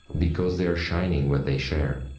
because they are shining when they share.